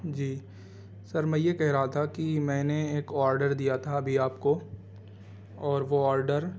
جی sir میں یہ کہہ رہا تھا کہ میں نے ایک آڈر دیا تھا ابھی آپ کو اور وہ آڈر